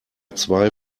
zwei